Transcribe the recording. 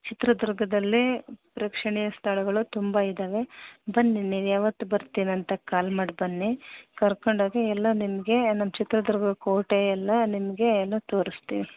ಚಿತ್ರದುರ್ಗದಲ್ಲಿ ಪ್ರೇಕ್ಷಣೀಯ ಸ್ಥಳಗಳು ತುಂಬ ಇದವೆ ಬನ್ನಿ ನೀವು ಯಾವತ್ತು ಬರ್ತೀನಂತ ಕಾಲ್ ಮಾಡಿ ಬನ್ನಿ ಕರ್ಕೊಂಡೋಗಿ ಎಲ್ಲ ನಿಮಗೆ ನಮ್ಮ ಚಿತ್ರದುರ್ಗ ಕೋಟೆ ಎಲ್ಲ ನಿಮಗೆ ಏನು ತೋರಿಸ್ತೀವಿ